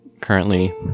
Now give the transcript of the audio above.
currently